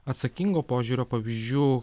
atsakingo požiūrio pavyzdžių